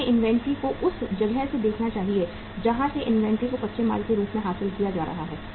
उन्हें इन्वेंट्री को उस जगह से देखना चाहिए जहां से इन्वेंट्री को कच्चे माल के रूप में हासिल किया जा रहा है